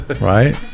right